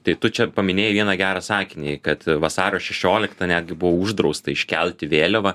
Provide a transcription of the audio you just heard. tai tu čia paminėjai vieną gerą sakinį kad vasario šešioliktą netgi buvo uždrausta iškelti vėliavą